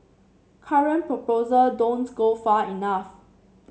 current proposal don't go far enough